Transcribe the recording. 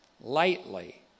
lightly